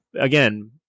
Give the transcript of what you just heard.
again